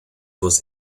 was